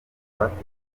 rwateye